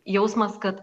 jausmas kad